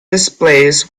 displays